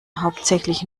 hauptsächlich